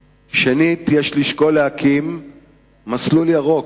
שנית, יש לשקול להקים מסלול ירוק,